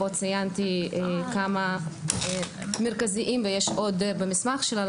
פה ציינתי כמה מרכזיים, ויש עוד במסמך שלנו.